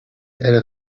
elle